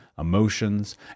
emotions